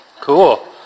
Cool